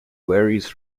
varies